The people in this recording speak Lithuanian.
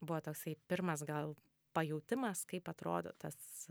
buvo toksai pirmas gal pajautimas kaip atrodo tas